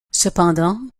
cependant